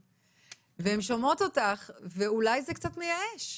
והן שומעות אותך ואולי זה קצת מייאש.